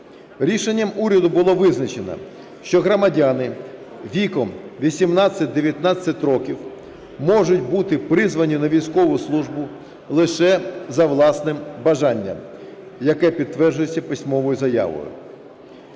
Рішенням уряду було визначено, що громадяни віком 18-19 років можуть бути призвані на військову службу лише за власним бажання, яке підтверджується письмовою заявою.